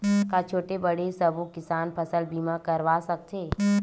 का छोटे बड़े सबो किसान फसल बीमा करवा सकथे?